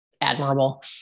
admirable